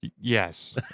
Yes